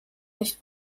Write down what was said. nicht